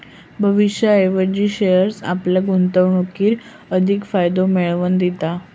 भविष्याऐवजी शेअर्स आपल्या गुंतवणुकीर अधिक फायदे मिळवन दिता